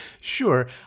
Sure